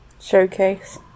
showcase